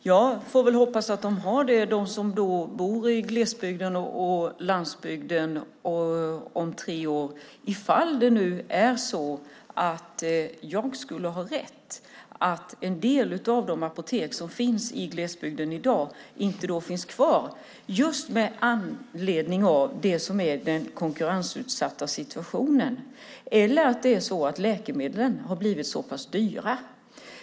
Man får väl hoppas att de som bor i glesbygden och på landsbygden har det om tre år ifall jag skulle ha rätt och en del av de apotek som finns i glesbygden i dag inte finns kvar just med anledning av den konkurrensutsatta situationen eller för att läkemedlen har blivit så pass dyra.